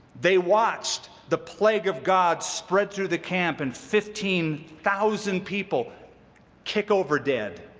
they watched the plague of god spread through the camp and fifteen thousand people kick over dead.